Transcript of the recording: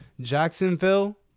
Jacksonville